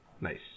nice